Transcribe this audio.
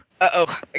Uh-oh